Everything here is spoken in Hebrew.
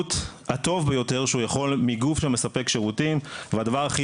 השירות הטוב ביותר שהוא יכול מגוף שמספק שירותים והדבר הכי